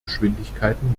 geschwindigkeiten